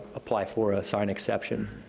apply for a sign exception.